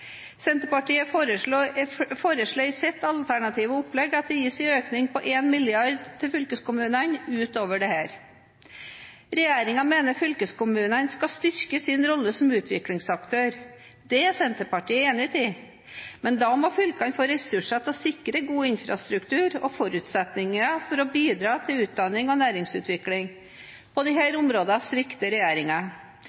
foreslår i sitt alternative opplegg at det gis en økning på 1 mrd. kr til fylkeskommunene utover dette. Regjeringen mener fylkeskommunene skal styrke sin rolle som utviklingsaktør. Det er Senterpartiet enig i. Men da må fylkene få ressurser til å sikre god infrastruktur og forutsetninger for å bidra til utdanning og næringsutvikling. På